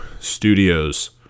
studios